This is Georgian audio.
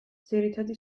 ძირითადი